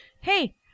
hey